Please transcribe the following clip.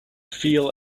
feel